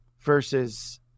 versus